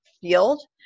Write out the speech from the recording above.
field